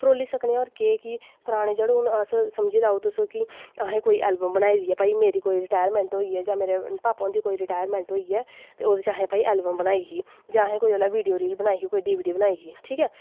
फरोल्ली सकने होर केह् कि पराने जेह्ड़े अस समझी लेऔ तुस कि असें कोई ऐलवम बनाई दी ऐ भाई मेरी कोई रटैरमैंट होई जां मेरे भापा हुंदी कोई रटैरमैंट होई ऐ ते ओह्दे च असें भाई ऐलवम बनाई ही जां उसलै असें कोई वीडियो रील बनाई ही जां डी बी डी बनाई ही